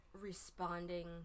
Responding